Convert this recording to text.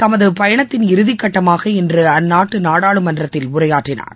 தமது பயணத்தின் இறதி கட்டமாக இன்று அந்நாட்டு நாடாளுமன்றத்தில் உரையாற்றினார்